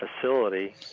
facility